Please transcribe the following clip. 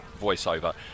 voiceover